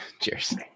Cheers